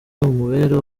amubera